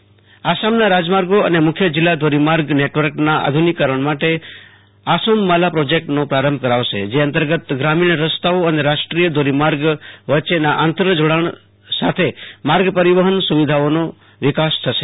આસામના રાજમાર્ગૌ અને મુખ્ય જિલ્લા ધોરીમાર્ગ નેટવર્કના આધુનિકરણ માટે આસોમમાલા પ્રોજેક્ટનો પ્રારંભ કરાવશે જે અંતર્ગત ગ્રામીણ રસ્તાઓ અને રાષ્ટ્રીય ધોરીમાર્ગ વચ્ચેના આંતરજોડાણ સાથે માર્ગ પરિવફન સુવિધાઓનો વિકાસ થશે